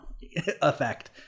effect